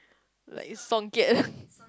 like Songket